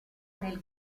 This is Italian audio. nel